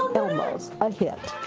elmo, a hit.